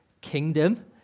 kingdom